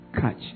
Catch